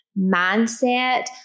mindset